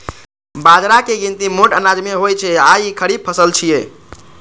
बाजराक गिनती मोट अनाज मे होइ छै आ ई खरीफ फसल छियै